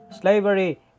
slavery